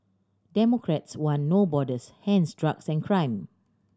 democrats want No Borders hence drugs and crime